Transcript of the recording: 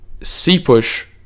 C-Push